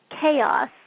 chaos